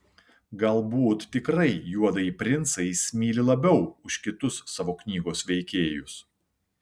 galbūt tikrai juodąjį princą jis myli labiau už kitus savo knygos veikėjus